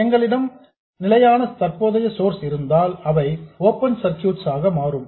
உங்களிடம் நிலையான தற்போதைய சோர்சஸ் இருந்தால் அவை ஓபன் சர்க்யூட்ஸ் ஆக மாறும்